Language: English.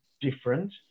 different